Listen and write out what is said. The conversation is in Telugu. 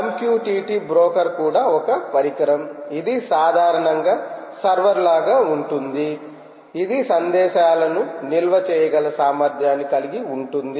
MQTT బ్రోకర్ కూడా ఒక పరికరం ఇది సాధారణంగా సర్వర్ లాగా ఉంటుంది ఇది సందేశాలను నిల్వ చేయగల సామర్థ్యాన్ని కలిగి ఉంటుంది